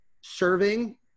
serving